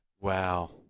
Wow